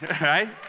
right